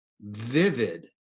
vivid